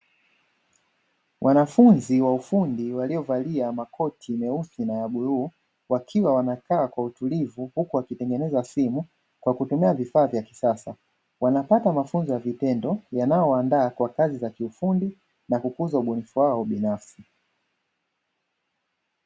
wanafunzi wa ufundi waliovalia makoti meusi na ya bluu wakiwa wanakaa kwa utulivu huku wakitengeneza simu kwa kutumia vifaa vya kisasa, wanapata mafunzo ya vitendo yanayowaandaa kwa kazi za kiufundi na kukuza ubunifu wao binafsi.